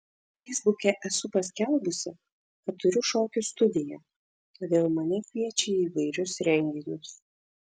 feisbuke esu paskelbusi kad turiu šokių studiją todėl mane kviečia į įvairius renginius